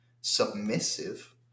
submissive